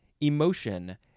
emotion